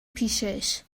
پیشش